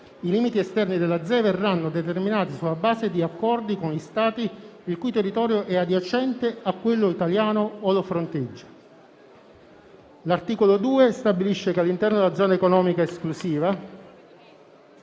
I limiti esterni della ZEE verranno determinati sulla base di accordi con gli Stati il cui territorio è adiacente a quello italiano o lo fronteggia. L'articolo 2 stabilisce che all'interno della zona economica esclusiva...